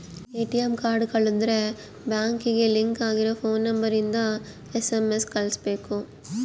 ATM card ಕಳುದ್ರೆ ಬ್ಯಾಂಕಿಗೆ link ಆಗಿರ ಫೋನ್ ನಂಬರ್ ಇಂದ ಎಸ್.ಎಮ್.ಎಸ್ ಕಳ್ಸ್ಬೆಕು